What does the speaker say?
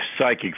psychic